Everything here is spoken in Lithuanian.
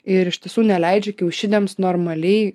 ir iš tiesų neleidžia kiaušiniams normaliai